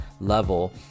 level